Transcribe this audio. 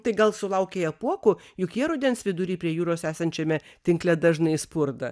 tai gal sulaukei apuokų juk jie rudens vidury prie jūros esančiame tinkle dažnai spurda